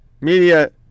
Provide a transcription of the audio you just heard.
Media